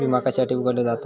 विमा कशासाठी उघडलो जाता?